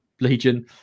Legion